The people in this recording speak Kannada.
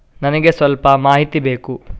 ನನಿಗೆ ಸ್ವಲ್ಪ ಮಾಹಿತಿ ಬೇಕು